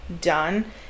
done